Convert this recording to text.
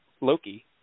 Loki